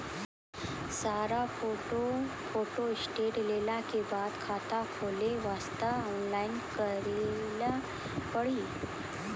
सारा photo photostat लेल के बाद खाता खोले वास्ते ऑनलाइन करिल पड़ी?